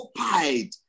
occupied